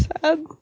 sad